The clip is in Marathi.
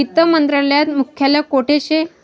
वित्त मंत्रालयात मुख्यालय कोठे शे